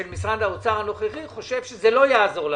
של משרד האוצר חושב שזה לא יעזור לאנשים.